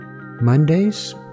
Mondays